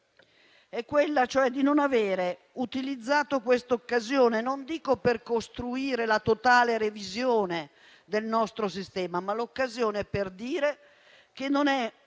È quella cioè di non avere utilizzato questa occasione, non dico per costruire la totale revisione del nostro sistema, ma per dire che non è